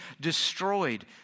destroyed